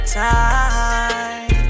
time